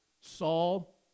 Saul